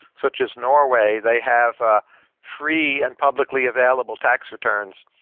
such as norway, they have ah free and publicly available tax returns.